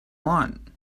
want